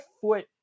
foot